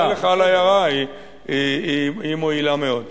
אני מודה לך על ההערה, היא מועילה מאוד.